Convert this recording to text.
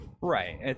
Right